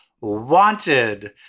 wanted